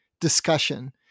discussion